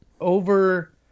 over